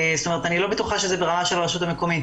זאת אומרת אני לא בטוחה שזה ברמה של רשות מקומית.